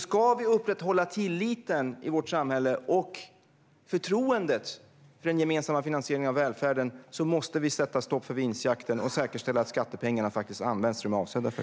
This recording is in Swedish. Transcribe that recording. Ska vi upprätthålla tilliten i samhället och förtroendet för den gemensamma finansieringen av välfärden måste vi sätta stopp för vinstjakten och säkerställa att skattepengarna faktiskt används till det de är avsedda för.